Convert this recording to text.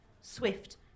swift